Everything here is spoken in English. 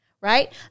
right